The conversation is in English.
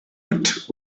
woot